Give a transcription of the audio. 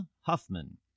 Huffman